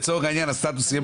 לצורך העניין הסטטוס יהיה פלוס.